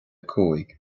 cúig